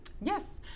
Yes